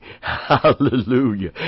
Hallelujah